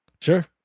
Sure